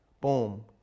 boom